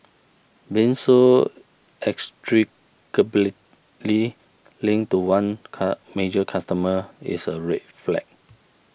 being so inextricably linked to one car major customer is a red flag